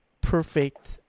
perfect